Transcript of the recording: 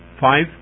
Five